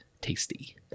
tasty